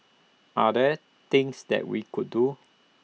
are there things that we could do